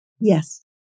Yes